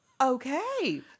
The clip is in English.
Okay